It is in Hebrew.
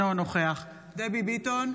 אינו נוכח דבי ביטון,